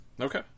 Okay